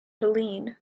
helene